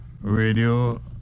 radio